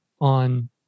on